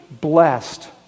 Blessed